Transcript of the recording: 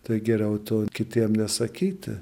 tai geriau to kitiem nesakyti